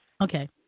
Okay